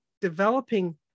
developing